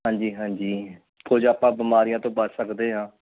ਹਾਂਜੀ ਹਾਂਜੀ ਕੁਝ ਆਪਾਂ ਬਿਮਾਰੀਆਂ ਤੋਂ ਬਚ ਸਕਦੇ ਹਾਂ